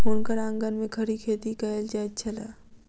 हुनकर आंगन में खड़ी खेती कएल जाइत छल